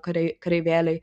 kariai kareivėliai